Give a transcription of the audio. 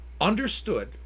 understood